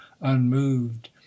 unmoved